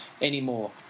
anymore